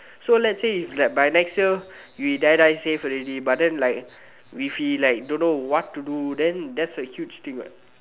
so let's say if like by next year we die die save already but then like if we like don't know what to do then that's a huge thing what